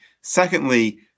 Secondly